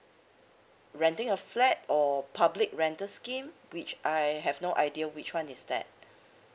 renting a flat or public rental scheme which I have no idea which one is that